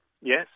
Yes